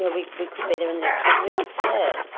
yeah we we could be there in the next twenty minutes, yeah.